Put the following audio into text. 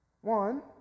One